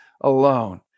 alone